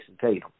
Tatum